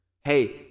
Hey